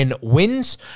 Wins